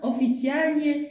Oficjalnie